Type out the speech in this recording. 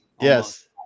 Yes